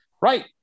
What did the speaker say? Right